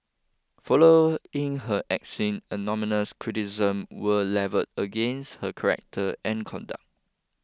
following her axing anonymous criticism were levelled against her correct and conduct